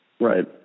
Right